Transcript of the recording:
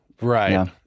Right